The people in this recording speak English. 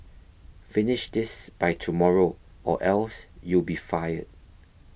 finish this by tomorrow or else you'll be fired